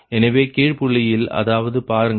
எனவே கீழ் புள்ளியில் அதாவது பாருங்கள்